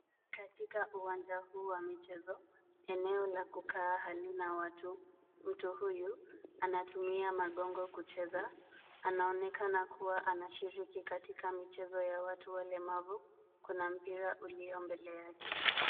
Katika uwanja huu wa michezo. Eneo la kukaa halina watu. Mtu huyu anatumia magongo kucheza. Anaonekana kuwa anashiriki katika michezo ya watu walemavu. Kuna mpira ulio mbele yake.